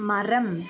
மரம்